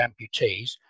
amputees